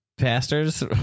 Pastors